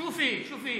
שופי, שופי.